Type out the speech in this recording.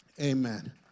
Amen